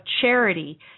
charity